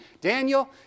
daniel